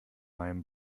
meinem